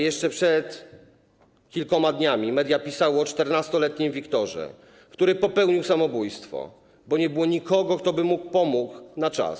Jeszcze przed kilkoma dniami media pisały o 14-letnim Wiktorze, który popełnił samobójstwo, bo nie było nikogo, kto by mu pomógł na czas.